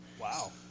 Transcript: wow